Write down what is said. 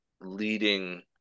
leading